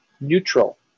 neutral